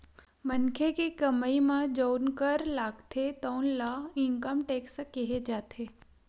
मनखे के कमई म जउन कर लागथे तउन ल इनकम टेक्स केहे जाथे